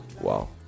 wow